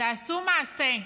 תעשו מעשה,